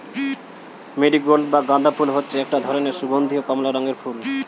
marigold বা গাঁদা ফুল হচ্ছে একটা ধরণের সুগন্ধীয় কমলা রঙের ফুল